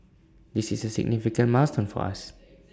this is A significant milestone for us